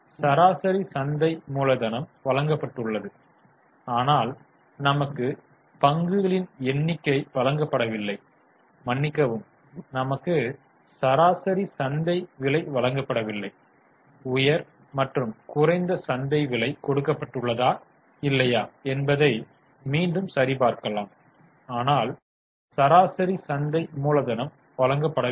சராசரி சந்தை மூலதனம் வழங்கப்பட்டுள்ளது ஆனால் நமக்கு பங்குகளின் எண்ணிக்கை வழங்கப்படவில்லை மன்னிக்கவும் நமக்கு சராசரி சந்தை விலை வழங்கப்படவில்லை உயர் மற்றும் குறைந்த சந்தை விலை கொடுக்கப்பட்டுள்ளதா இல்லையா என்பதை மீண்டும் சரி பார்க்கலாம் ஆனால் சராசரி சந்தை மூலதனம் வழங்கப்படவில்லை